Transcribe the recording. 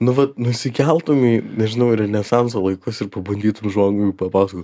nu va nusikeltum į nežinau renesanso laikus ir pabandytum žmoguių papasakot